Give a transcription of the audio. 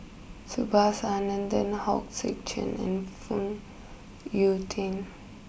Subhas Anandan Hong Sek Chern and Phoon Yew Tien